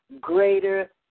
greater